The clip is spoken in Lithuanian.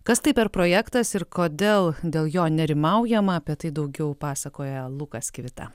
kas tai per projektas ir kodėl dėl jo nerimaujama apie tai daugiau pasakoja lukas kivita